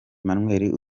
emmanuel